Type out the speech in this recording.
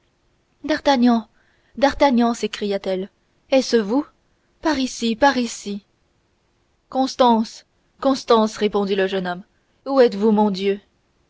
d'artagnan d'artagnan s'écria-t-elle est-ce vous par ici par ici constance constance répondit le jeune homme où êtes-vous mon dieu